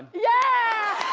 yeah!